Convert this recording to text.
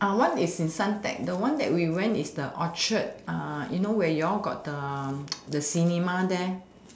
one is in Suntec the one that we went is the orchard you know where you all got the the cinema there